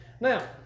Now